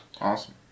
Awesome